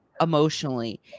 emotionally